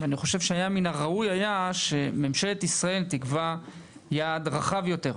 מן הראוי היה שממשלת ישראל תקבע יעד רחב יותר,